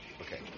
Okay